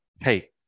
hey